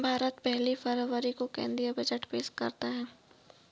भारत पहली फरवरी को केंद्रीय बजट पेश करता है